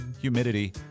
humidity